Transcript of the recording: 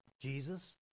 Jesus